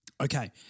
Okay